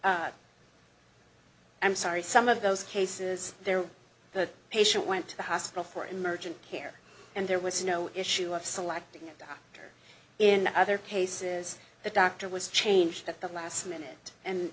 yarborough i'm sorry some of those cases there are the patient went to the hospital for emergent care and there was no issue of selecting a doctor in other cases the doctor was changed at the last minute and